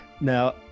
Now